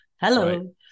hello